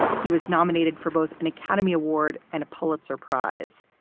he was nominated for both an academy award and a pulitzer prize.